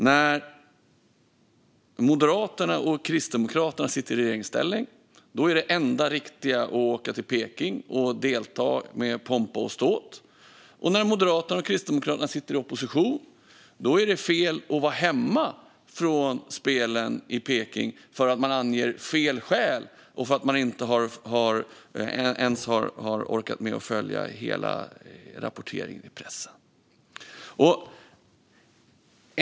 När Moderaterna och Kristdemokraterna sitter i regeringsställning är det enda riktiga att åka till Peking och delta med pompa och ståt. Och när Moderaterna och Kristdemokraterna sitter i opposition är det fel att vara hemma från spelen i Peking för att man anger fel skäl. Man har inte ens orkat med att följa hela rapporteringen i pressen.